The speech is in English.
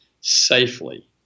safely